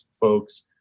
folks